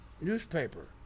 newspaper